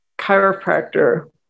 chiropractor